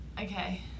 Okay